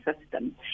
system